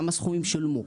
כמה סכומים שולמו?